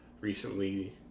recently